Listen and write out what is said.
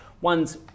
one's